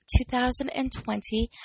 2020